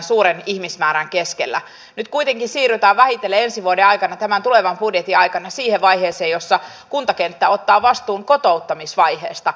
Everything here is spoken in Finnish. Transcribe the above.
esitän sen toivomuksen että nyt liikenneministeri ja liikenneministeriö suuntaisivat tämän tulevat vuodet ja aika siihen rahan juuri näille alemmille valtion teille